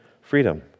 freedom